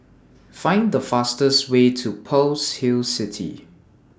Find The fastest Way to Pearl's Hill City